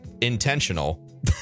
intentional